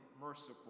merciful